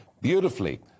Beautifully